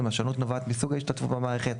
אם השונות נובעת מסוג ההשתתפות במערכת,